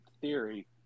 Theory